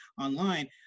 online